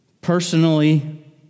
personally